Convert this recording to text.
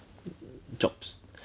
jobs